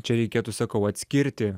čia reikėtų sakau atskirti